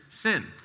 sin